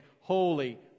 holy